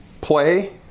play